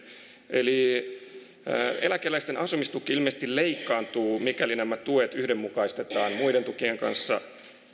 eli eläkeläisen asumistuki ilmeisesti leikkaantuu mikäli nämä tuet yhdenmukaistetaan muiden tukien kanssa